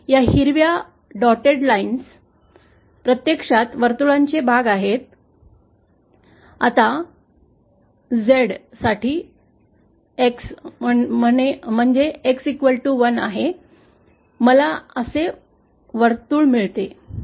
या हिरव्या ठिपकलेल्या रेषा प्रत्यक्षात वर्तुळांचे भाग आहेत आता झेड साठी x म्हणे x बरोबर 1 आहे मला असे वर्तुळ मिळते